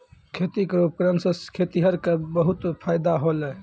खेती केरो उपकरण सें खेतिहर क बहुत फायदा होलय